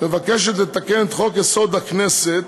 מבקשת לתקן את חוק-יסוד: הכנסת